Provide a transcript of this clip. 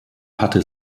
hatte